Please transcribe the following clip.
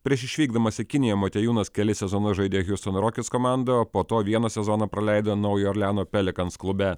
prieš išvykdamas į kiniją motiejūnas kelis sezonus žaidė hiustono rokets komandoje o po to vieną sezoną praleido naujojo orleano pelikans klube